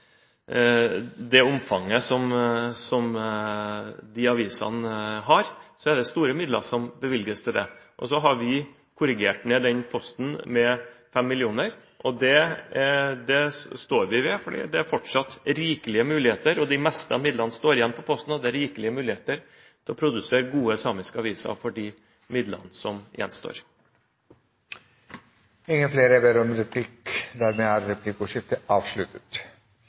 det omfanget som disse avisene har. Vi har korrigert ned den posten med 5 mill. kr, og det står vi ved. Det er fortsatt rikelige muligheter – og det meste av midlene står igjen på posten – til å produsere gode samiske aviser for de midlene som gjenstår. Replikkordskiftet er over. Jeg håper de aller fleste partiene i denne salen er